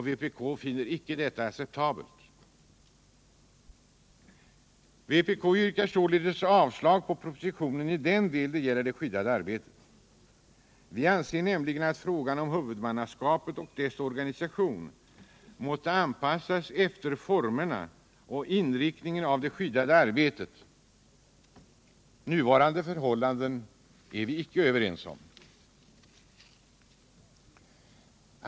Vpk finner detta oacceptabelt. Vpk yrkar således avslag på propositionen i den del den gäller det skyddade arbetet. Vi anser nämligen att frågan om huvudmannaskapet och dess organisation måste anpassas efter formerna och inriktningen av det skyddade arbetet. Nuvarande förhållanden är vi inte överens om.